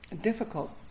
difficult